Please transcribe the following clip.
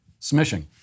smishing